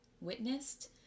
witnessed